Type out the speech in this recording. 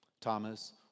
Thomas